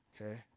Okay